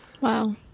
Wow